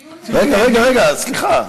צריך לעשות דיון, רגע, רגע, רגע, סליחה.